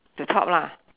the top lah